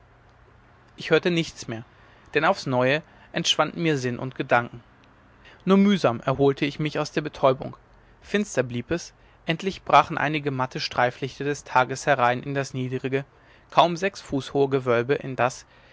ich hörte nichts mehr denn aufs neue entschwanden mir sinn und gedanken nur mühsam erholte ich mich aus der betäubung finster blieb es endlich brachen einige matte streiflichter des tages herein in das niedrige kaum sechs fuß hohe gewölbe in das